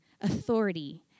authority